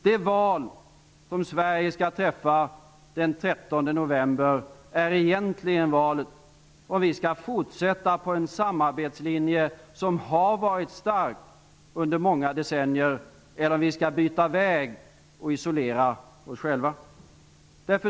Det val som Sverige skall träffa den 13 november är egentligen valet om vi skall fortsätta på en samarbetslinje som har varit stark under många decennier, eller om vi skall byta väg och isolera oss själva.